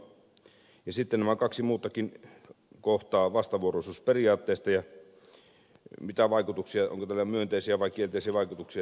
samoin sitten ovat nämä kaksi muutakin kohtaa vastavuoroisuusperiaatteesta ja sen tutkimisesta mitä vaikutuksia sillä on onko sillä myönteisiä vai kielteisiä vaikutuksia